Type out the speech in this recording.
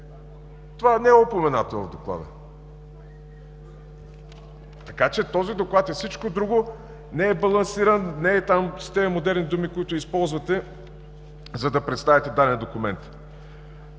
Това не е упоменато в доклада. Така че този доклад е всичко друго, но не е балансиран, с тези модерни думи, които използвате, за да представите даден документ.